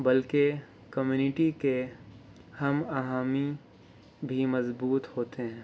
بلکہ کمیونٹی کے ہم آہنگی بھی مضبوط ہوتے ہیں